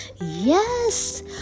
Yes